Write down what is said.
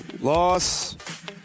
Loss